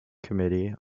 committee